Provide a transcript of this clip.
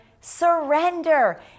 Surrender